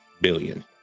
Billion